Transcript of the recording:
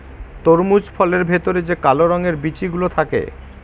তরমুজ ফলের ভেতরে যে কালো রঙের বিচি গুলো থাকে